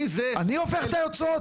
אני הופך את היוצרות?